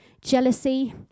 jealousy